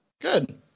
Good